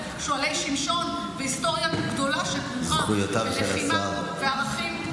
"שועלי שמשון" והיסטוריה גדולה שכרוכה בלחימה וערכים.